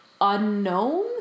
unknown